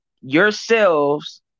yourselves